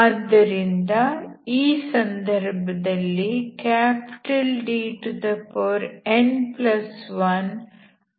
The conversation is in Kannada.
ಆದ್ದರಿಂದ ಈ ಸಂದರ್ಭದಲ್ಲಿ Dn1 ಅನ್ನಿಹಿಲೇಟರ್ ಆಗಿದೆ